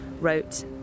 wrote